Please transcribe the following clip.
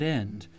end